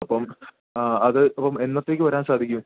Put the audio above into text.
അപ്പം ആ അത് അപ്പം എന്നത്തേക്ക് വരാൻ സാധിക്കും